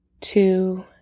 two